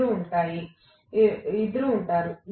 ఇద్దరూ ఉంటారు